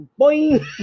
boing